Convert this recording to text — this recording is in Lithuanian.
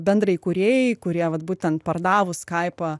bendraįkūrėjai kurie vat būtent pardavus skaipą